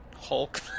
hulk